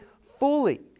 fully